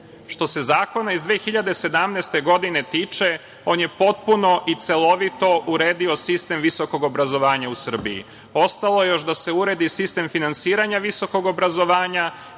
se zakona iz 2017. godine tiče, on je potpuno i celovito uredio sistem visokog obrazovanja u Srbiji. Ostalo je još da se uredi sistem finansiranja visokog obrazovanja